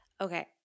Okay